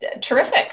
terrific